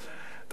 עכשיו,